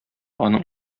аның